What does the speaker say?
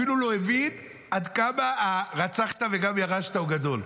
אפילו לא הבין עד כמה הרצחת וגם ירשת הוא גדול.